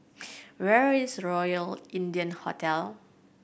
where is Royal India Hotel